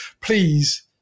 please